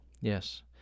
Yes